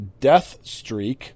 Deathstreak